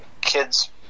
kids